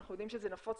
שאנחנו יודעים שזה נפוץ,